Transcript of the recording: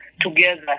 together